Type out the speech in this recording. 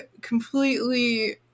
completely